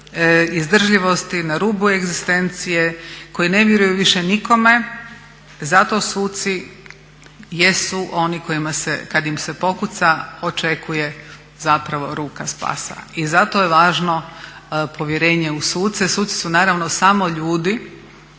izdržljivosti, na rubu egzistencije, koji ne vjeruju više nikome. Zato suci jesu oni kojima se kad im se pokuca očekuje zapravo ruka spasa i zato je važno povjerenje u suce. Suci su naravno samo ljudi,